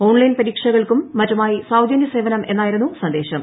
online പരീക്ഷകൾക്കും മറ്റുമായി സൌജന്യസേവനും എ്ന്നായിരുന്നു സന്ദേശം